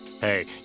hey